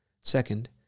Second